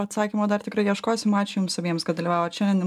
atsakymo dar tikrai ieškosim ačiū jums abiems kad dalyvavot šiandien